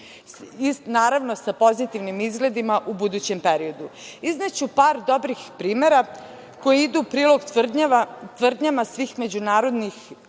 naravno sa pozitivnim izgledima u budućem periodu. Izneću par dobrih primera koji idu u prilog tvrdnjama svih međunarodnih